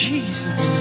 Jesus